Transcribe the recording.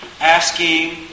Asking